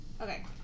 Okay